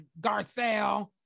Garcelle